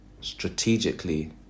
strategically